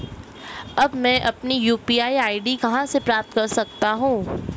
अब मैं अपनी यू.पी.आई आई.डी कहां से प्राप्त कर सकता हूं?